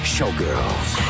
Showgirls